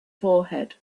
forehead